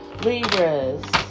Libras